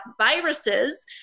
viruses